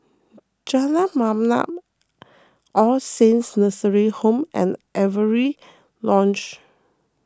Jalan Mamam All Saints Nursing Home and Avery Lodge